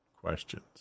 questions